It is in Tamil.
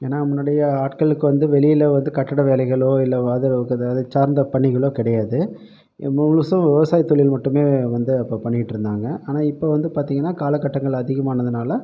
ஏன்னால் முன்னாடி ஆட்களுக்கு வந்து வெளியில் வந்து கட்டிட வேலைகளோ இல்லை ஆதரவுக்கு அதை சார்ந்த பணிகளோ கிடையாது முழுதும் விவசாயத்தில் மட்டுமே வந்து அப்போ பண்ணிகிட்ருந்தாங்க ஆனால் இப்போது வந்து பார்த்தீங்கன்னா காலக்கட்டங்கள் அதிகமானதுனால்